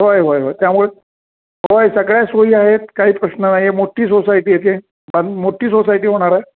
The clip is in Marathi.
होय होय हो त्यामुळे होय सगळ्या सोयी आहेत काही प्रश्न नाही मोठी सोसायटी याची बाबा मोठी सोसायटी होणार आहे